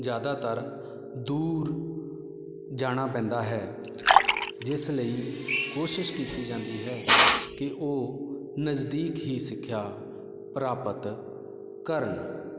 ਜ਼ਿਆਦਾਤਰ ਦੂਰ ਜਾਣਾ ਪੈਂਦਾ ਹੈ ਜਿਸ ਲਈ ਕੋਸ਼ਿਸ਼ ਕੀਤੀ ਜਾਂਦੀ ਹੈ ਕਿ ਉਹ ਨਜ਼ਦੀਕ ਹੀ ਸਿੱਖਿਆ ਪ੍ਰਾਪਤ ਕਰਨ